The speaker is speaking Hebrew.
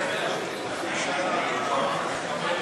הרווחה והבריאות